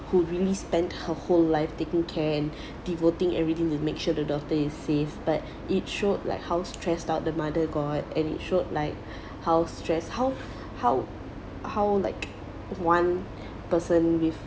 who really spent her whole life taking care and devoting everything to make sure the daughter is safe but it showed like how stressed out the mother got and it showed like how stress how how how like one person with